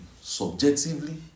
subjectively